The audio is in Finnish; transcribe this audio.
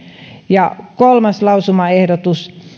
ja kolmas lausumaehdotus